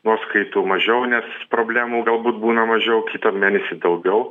nuoskaitų mažiau nes problemų galbūt būna mažiau kitą mėnesį daugiau